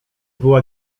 była